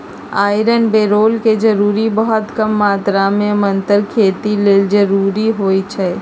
iron boron के जरूरी बहुत कम मात्र में मतर खेती लेल जरूरी होइ छइ